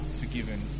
forgiven